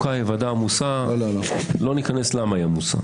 ועדה עמוסה לא ניכנס עכשיו לשאלה למה היא עמוסה,